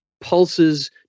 pulses